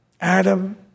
Adam